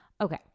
Okay